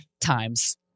times